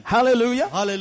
Hallelujah